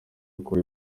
akora